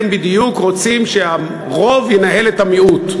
הם רוצים בדיוק שהרוב ינהל את המיעוט.